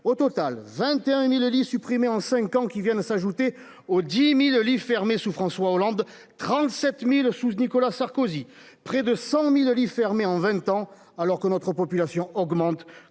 Au total, 21.000 lits supprimés en 5 ans qui viennent s'ajouter aux 10.000 lits fermés sous François Hollande 37.000, Sousse, Nicolas Sarkozy. Près de 100.000 lits fermés en 20 ans alors que notre population augmente